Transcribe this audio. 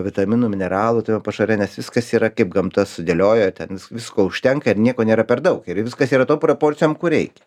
vitaminų mineralų toiam pašare nes viskas yra kaip gamta sudėliojo ten vis visko užtenka ir nieko nėra per daug ir viskas yra to proporcijom kur reikia